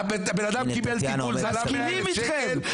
אנחנו מסכימים איתכם.